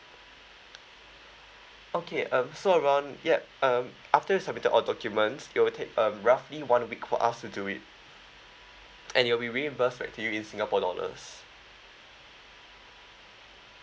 okay um so around yup um after you submitted all documents it will take uh roughly one week for us to do it and it will be reimbursed back to you in singapore dollars